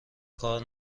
کار